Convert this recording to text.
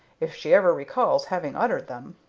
if she ever recalls having uttered them.